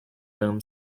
boom